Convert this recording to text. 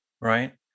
right